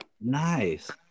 Nice